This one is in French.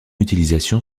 utilisation